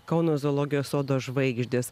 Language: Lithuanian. kauno zoologijos sodo žvaigždės